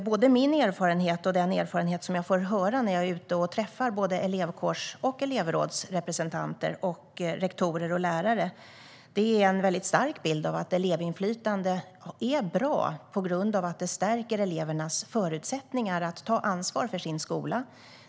Både min erfarenhet och de erfarenheter jag får höra om när jag är ute och träffar både elevkårs och elevrådsrepresentanter samt rektorer och lärare ger en stark bild av att elevinflytande är bra på grund av att det stärker elevernas förutsättningar att ta ansvar för sin skola.